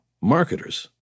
marketers